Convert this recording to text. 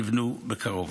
ייבנו בקרוב.